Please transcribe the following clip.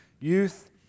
youth